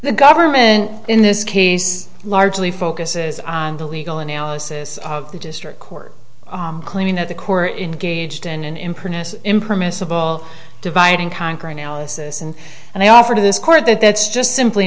the government in this case largely focuses on the legal analysis of the district court claiming that the core in gauged in an imprint is impermissible divide and conquer analysis and and i offer to this court that that's just simply